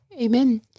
Amen